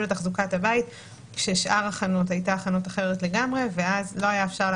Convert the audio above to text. לתחזוקת הבית כאשר החנות הייתה חנות אחרת לגמרי ואז אי אפשר היה